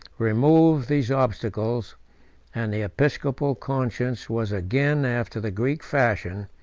removed these obstacles and the episcopal conscience was again, after the greek fashion,